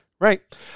right